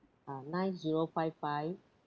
ah nine zero five five